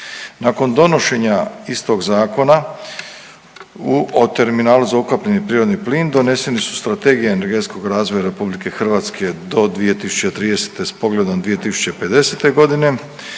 Nakon donošenja istog zakona o terminalu za ukapljeni prirodni plin doneseni su Strategija energetskog razvoja Republike Hrvatske do 2030. s pogledom 2050. godine,